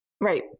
Right